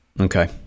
Okay